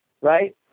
right